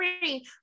three